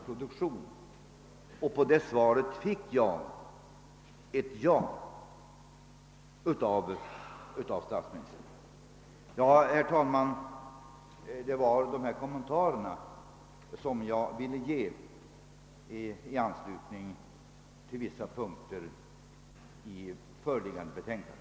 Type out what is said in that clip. På den frågan svarade statsministern ja. Herr talman! Detta var de kommentarer som jag ville göra i anslutning till vissa punkter i föreliggande utlåtande.